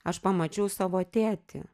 aš pamačiau savo tėtį